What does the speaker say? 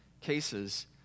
cases